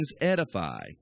edify